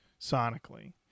sonically